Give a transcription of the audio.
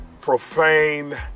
profane